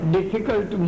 Difficult